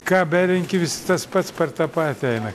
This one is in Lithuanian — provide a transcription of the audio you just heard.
ką berenki vis tas pats per tą patį eina